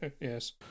Yes